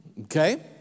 Okay